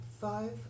five